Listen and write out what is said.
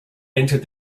entered